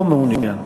לא מעוניין.